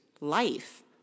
Life